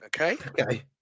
Okay